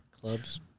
Clubs